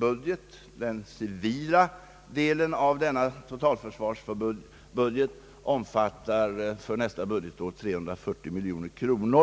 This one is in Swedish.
budget som gäller för det civila totalförsvaret. Den är för nästa budgetår, om man lägger ihop olika poster, ungefär 340 miljoner kronor.